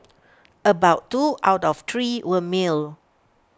about two out of three were male